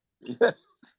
Yes